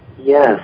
Yes